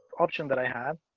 option that i had